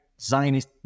Zionist